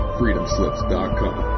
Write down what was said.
freedomslips.com